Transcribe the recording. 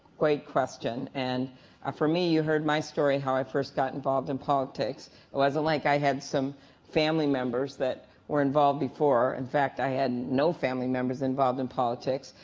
great question. and ah for me, you heard my story how i first got involved and politics. i wasn't like i had some family members that were involved before. in fact, i had no family members involved in politics.